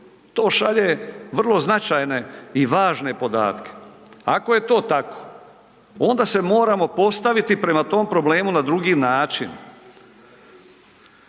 To šalje vrlo značajne i važne podatke. Ako je to tako onda se moramo postaviti prema tom problemu na drugi način.